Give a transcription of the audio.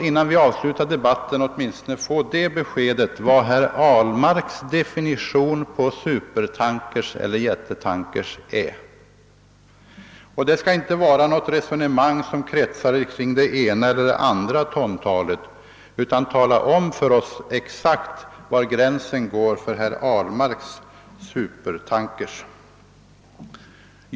Hans besked skall inte kretsa kring olika tontal utan skall exakt ange för oss var gränsen enligt herr Ahlmarks mening skall sättas för begreppet supertanker.